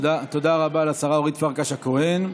תודה רבה לשרה אורית פרקש הכהן.